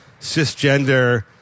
cisgender